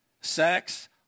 Sex